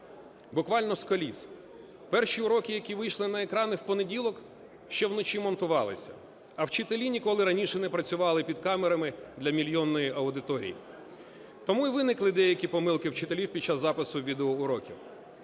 буквально з коліс. Перші уроки, які вийшли на екрани в понеділок, ще вночі монтувалися, а вчителі ніколи раніше не працювали під камерами для мільйонної аудиторії, тому і виникли деякі помилки вчителів під час запису відеоуроків.